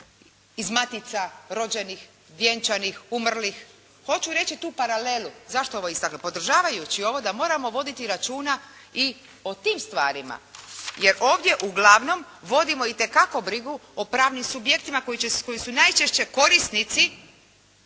iz matice rođenih, vjenčanih, umrlih. Hoću reći tu paralelu. Zašto ovo ističem? Podržavajući ovo da moramo voditi računa i o tim stvarima jer ovdje uglavnom vodimo itekako brigu o pravnim subjektima koji su najčešće korisnici